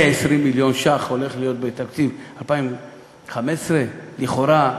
כ-20 מיליון ש"ח הולך להיות בתקציב 2015. לכאורה.